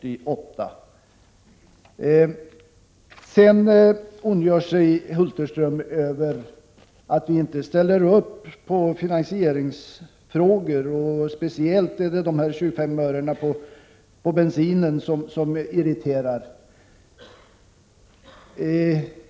Hulterström ondgör sig över att vi inte ställer upp på finansieringsfrågor, och speciellt är det de 25 örena på bensinen som irriterar.